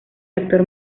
actor